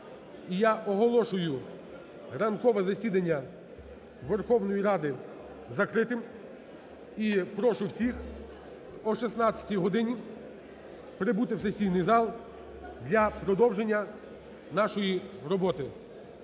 я оголошую ранкове засідання Верховної Ради закритим. І прошу всіх о 16-й годині прибути в сесійний зал для продовження нашої роботи.